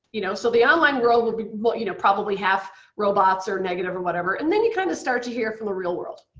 you know so the online world will be but you know probably half robots or negative or whatever, and then you kind of start to hear from the real world.